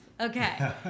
okay